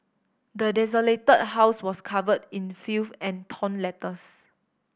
the desolated house was covered in filth and torn letters